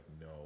No